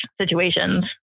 situations